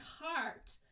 heart